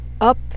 up